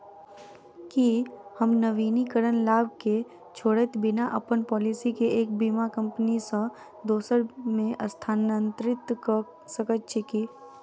की हम नवीनीकरण लाभ केँ छोड़इत बिना अप्पन पॉलिसी केँ एक बीमा कंपनी सँ दोसर मे स्थानांतरित कऽ सकैत छी की?